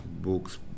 books